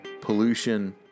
pollution